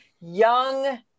young